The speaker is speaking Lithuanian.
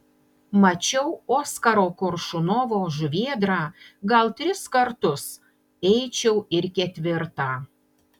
mačiau oskaro koršunovo žuvėdrą gal tris kartus eičiau ir ketvirtą